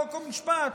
חוק ומשפט,